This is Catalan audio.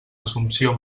assumpció